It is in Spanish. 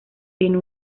tiene